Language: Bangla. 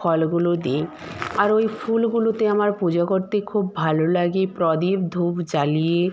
ফলগুলো দিই আর ওই ফুলগুলোতে আমার পুজো করতে খুব ভালো লাগে প্রদীপ ধূপ জ্বালিয়ে